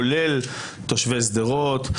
כולל תושבי שדרות,